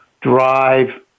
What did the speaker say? drive